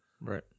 Right